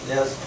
Yes